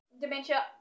Dementia